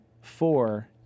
four